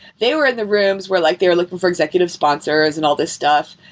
they were in the rooms where like, they were looking for executive sponsors and all this stuff.